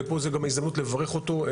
ופה זו ההזדמנות לברך אותו,